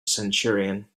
centurion